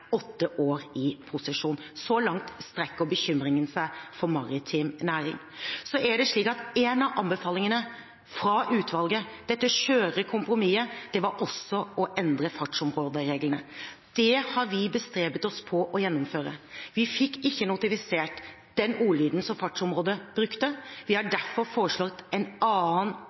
åtte år i posisjon. Så langt strekker bekymringen seg for maritim næring. Så er det slik at en av anbefalingene fra utvalget, dette skjøret kompromisset, var å endre også fartsområdereglene. Det har vi bestrebet oss på å gjennomføre. Vi fikk ikke notifisert den ordlyden som Fartsområdeutvalget brukte, og vi har derfor foreslått en annen